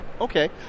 Okay